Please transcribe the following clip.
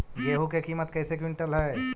गेहू के किमत कैसे क्विंटल है?